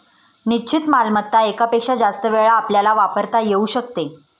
निश्चित मालमत्ता एकापेक्षा जास्त वेळा आपल्याला वापरता येऊ शकते